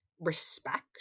respect